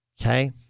Okay